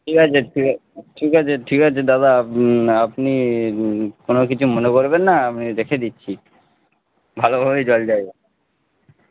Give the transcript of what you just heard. ঠিক আছে ঠিক আছে ঠিক আছে দাদা আপনি কোনো কিছু মনে করবেন না আমি দেখে দিচ্ছি ভালোভাবেই জল যায়